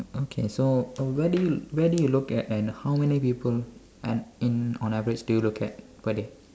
okay so uh where do you where do you look at and how many people and in on average do you look at per day